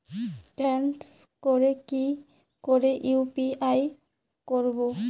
Scan করে কি করে ইউ.পি.আই করবো?